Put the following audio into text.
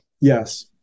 Yes